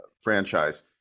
franchise